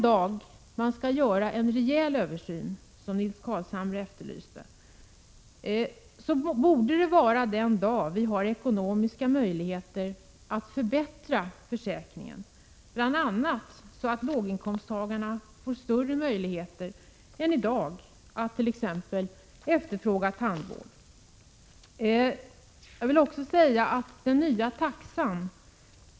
Den rejäla översyn som Nils Carlshamre efterlyste borde göras först den dag vi har ekonomiska möjligheter att förbättra försäkringen. Bl. a. låginkomsttagarna skulle då få större möjligheter än de i dag har t.ex. när det gäller att få tandvård.